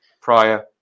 prior